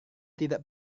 tidak